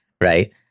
right